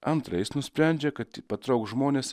antra jis nusprendžia kad patrauks žmones